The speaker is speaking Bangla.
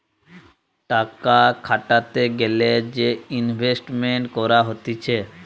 টাকা খাটাতে গ্যালে যে ইনভেস্টমেন্ট করা হতিছে